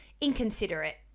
inconsiderate